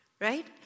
Right